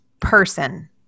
person